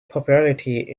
popularity